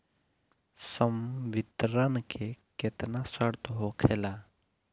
संवितरण के केतना शर्त होखेला?